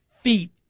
feet